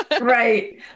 Right